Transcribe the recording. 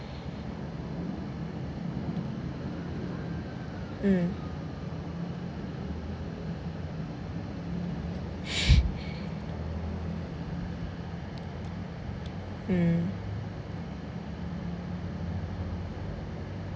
mm hmm